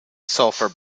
sulphur